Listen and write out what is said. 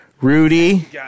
Rudy